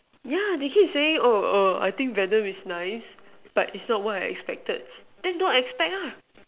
yeah they keep saying oh err I think Venom is nice but it's not what I expected then don't expect lah